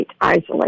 isolate